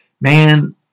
Man